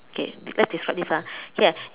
okay let's describe this lah here